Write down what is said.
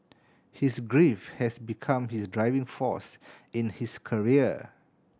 his grief had become his driving force in his career